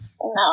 No